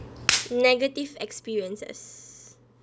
negative experiences